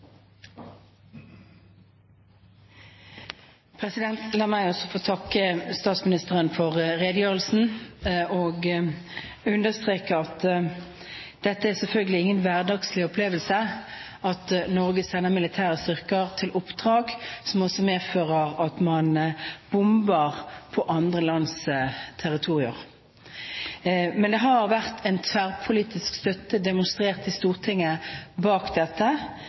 selvfølgelig ingen hverdagslig opplevelse at Norge sender militære styrker til oppdrag som også medfører at man bomber på andre lands territorier. Det har vært tverrpolitisk støtte demonstrert i Stortinget bak dette